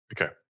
Okay